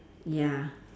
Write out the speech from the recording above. ya